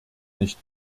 nicht